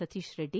Satish Reddy